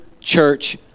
church